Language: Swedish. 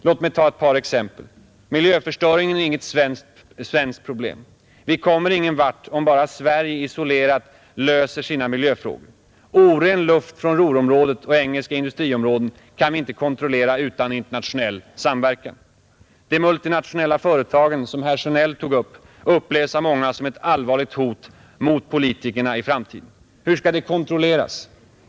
Låt mig ta ett par exempel. Miljöförstöringen är inget svenskt problem. Vi kommer ingen vart om bara Sverige isolerat löser sina miljöfrågor. Oren luft från Ruhrområdet och engelska industriområden kan vi inte kontrollera utan internationell samverkan, De multinationella företagen, som herr Sjönell tog upp, upplevs av många som ett allvarligt hot mot politikerna i framtiden. Hur skall de kontrolleras?